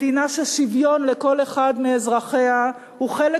מדינה ששוויון לכל אחד מאזרחיה הוא חלק